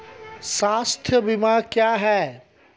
स्वास्थ्य बीमा क्या है?